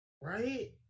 Right